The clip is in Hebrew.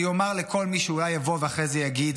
אני אומר לכל מי שאולי יבוא ואחרי זה יגיד: